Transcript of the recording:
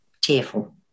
tearful